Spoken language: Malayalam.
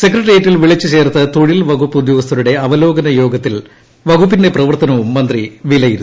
സെക്രട്ടറിയേറ്റിൽ വിളിച്ചുചേർത്ത തൊഴിൽ വകുപ്പു ഉദ്യോഗസ്ഥരുടെ അവലോകന യോഗത്തിൽ വകുപ്പിന്റെ പ്രവർത്തനവും മന്ത്രി വിലയിരുത്തി